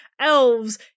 elves